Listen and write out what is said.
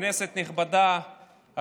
כנסת נכבדה,